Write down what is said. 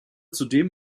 zudem